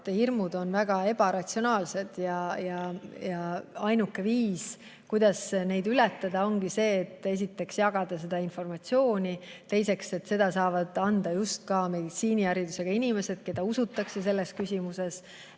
hirmud on väga ebaratsionaalsed ja ainuke viis neid ületada ongi esiteks see, et jagada seda informatsiooni. Teiseks, seda saavad jagada just meditsiiniharidusega inimesed, keda usutakse selles küsimuses.